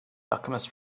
alchemist